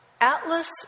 Atlas